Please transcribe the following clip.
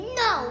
no